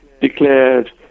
declared